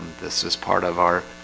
this is part of our